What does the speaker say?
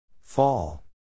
Fall